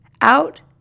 Out